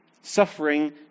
Suffering